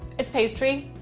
it's pastry,